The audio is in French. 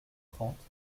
trente